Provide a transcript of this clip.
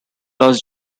last